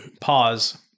pause